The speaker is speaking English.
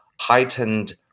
heightened